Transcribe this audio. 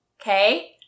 Okay